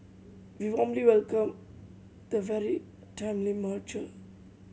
we warmly welcome the very timely merger